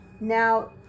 Now